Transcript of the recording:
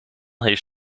heeft